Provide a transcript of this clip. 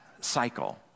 cycle